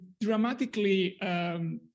dramatically